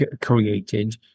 created